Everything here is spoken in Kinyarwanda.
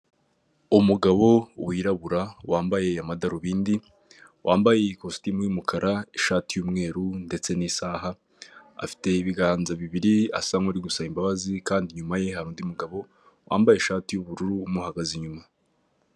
Umugabo wirabura, wambaye amadarubindi, wambaye ikositimu y'umukara, ishati y'umweru ndetse n'isaha, afite ibiganza bibiri asa nk'uri gusaba imbabazi, kandi inyuma ye hari undi mugabo wambaye ishati y'ubururu, umuhagaze inyuma.